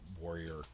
warrior